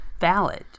valid